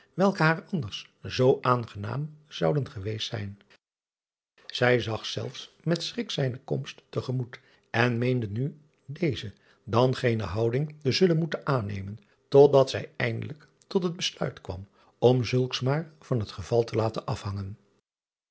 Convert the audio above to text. welke haar anders zoo aangenaam zouden geweest zijn ij driaan oosjes zn et leven van illegonda uisman zag zelfs met schrik zijne komst te gemoet en meende nu deze dan gene houding te zullen moeten aannemen tot dat zij eindelijk tot het besluit kwam om zulks maar van het geval te laten afhangen